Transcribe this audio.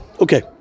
Okay